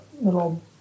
little